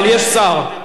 אבל אין סגן שר.